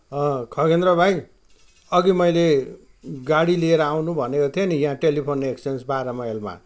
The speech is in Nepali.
खगेन्द्र भाइ अघि मैले गाडी लिएर आउनु भनेको थिएँ नि यहाँ टेलिफोन एक्सचेन्ज बाह्र माइलमा